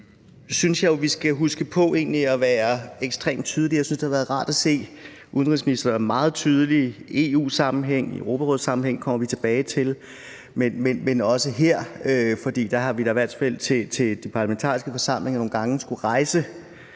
Det synes jeg vi skal huske at være ekstremt tydelige med hensyn til. Jeg synes, det har været rart at se udenrigsministeren være meget tydelig i EU-sammenhæng og i Europarådssammenhæng – det kommer vi tilbage til – for der har vi da i hvert fald til de parlamentariske forsamlinger nogle gange skulle rejse